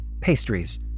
pastries